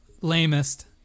lamest